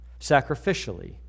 sacrificially